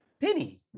Penny